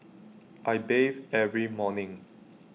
I bathe every morning